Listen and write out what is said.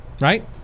Right